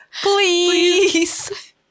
Please